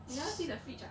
you never see the fridge ah